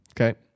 Okay